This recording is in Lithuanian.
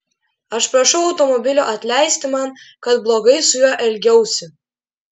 aš prašau automobilio atleisti man kad blogai su juo elgiausi